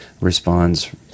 responds